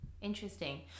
interesting